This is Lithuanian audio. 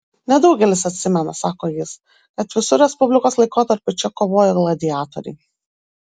nedaugelis atsimena sako jis kad visu respublikos laikotarpiu čia kovojo gladiatoriai